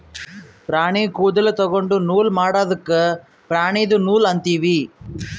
ಪ್ರಾಣಿ ಕೂದಲ ತೊಗೊಂಡು ನೂಲ್ ಮಾಡದ್ಕ್ ಪ್ರಾಣಿದು ನೂಲ್ ಅಂತೀವಿ